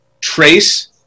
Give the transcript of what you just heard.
trace